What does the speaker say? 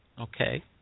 okay